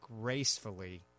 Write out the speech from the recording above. gracefully